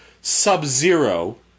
Sub-Zero